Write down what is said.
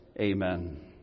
Amen